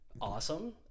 awesome